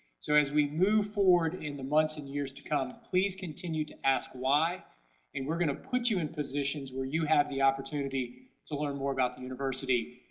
so as we move forward in the months and years to come, please continue to ask why and we're going to put you in positions where you have the opportunity to learn more about the university.